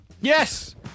Yes